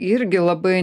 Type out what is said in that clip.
irgi labai